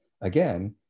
again